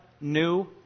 new